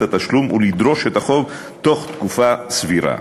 התשלום ולדרוש את החוב בתוך תקופה סבירה.